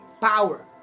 power